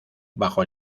bajo